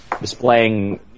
displaying